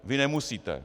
Vy nemusíte.